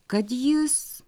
kad jis